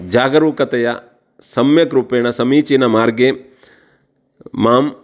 जागरूकतया सम्यक् रूपेण समीचीनमार्गे माम्